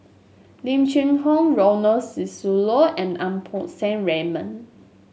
Lim Cheng Hoe Ronald Susilo and Lau Poo Seng Raymond